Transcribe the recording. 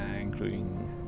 including